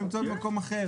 שהן נמצאות במקום אחר.